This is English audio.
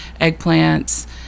eggplants